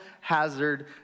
hazard